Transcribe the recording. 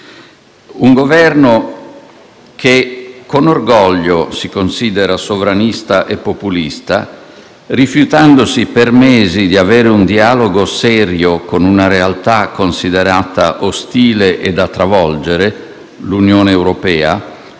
Un Governo, che con orgoglio si considera sovranista e populista rifiutandosi per mesi di avere un dialogo serio con una realtà considerata ostile e da travolgere, l'Unione europea,